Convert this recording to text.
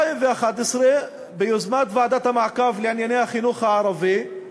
ב-2011, ביוזמת ועדת המעקב לענייני החינוך הערבי,